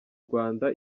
rwanda